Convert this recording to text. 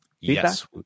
yes